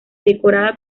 decorada